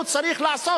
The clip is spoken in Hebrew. הוא צריך לעשות